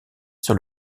sur